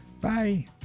Bye